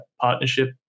partnership